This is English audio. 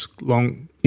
long